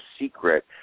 secret